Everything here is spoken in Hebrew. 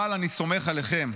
אבל אני סומך עליכם.